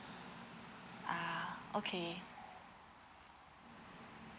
ah okay